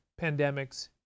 pandemics